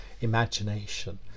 imagination